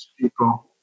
people